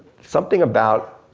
something about,